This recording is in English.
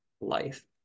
life